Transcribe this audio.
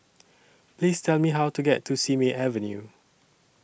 Please Tell Me How to get to Simei Avenue